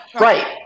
Right